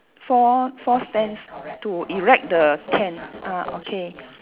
four four stands to erect the tent ah okay